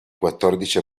quattordici